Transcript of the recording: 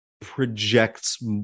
projects